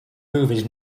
movies